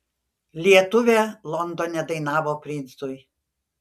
lietuvė londone dainavo princui